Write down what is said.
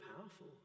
powerful